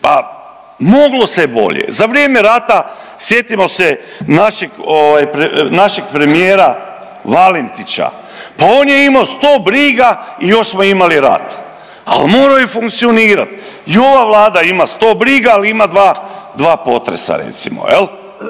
Pa moglo se bolje. Za vrijeme rata, sjetimo se naših premijera Valentića, pa on je imao 100 briga i još smo imali rat. Ali morao je funkcionirati, i ova Vlada ima 100 briga, ali ima 2 potresa recimo,